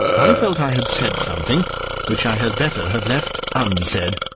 i felt i had said something which i had better have left unsaid,